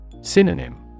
Synonym